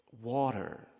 water